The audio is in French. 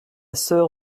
soeur